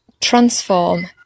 transform